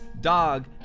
dog